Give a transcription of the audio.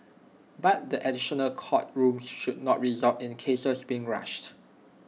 but the additional court rooms should not result in cases being rushed